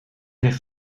ligt